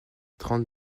trente